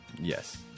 Yes